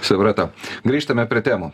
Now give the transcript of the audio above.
supratau grįžtame prie temų